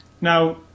now